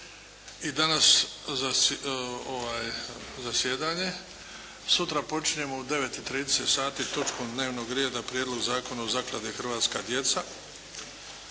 i danas zasjedanje. Sutra počinjemo u 9,30 sati točkom dnevnog reda Prijedlog zakona o Zakladi “Hrvatska djeca“